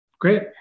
Great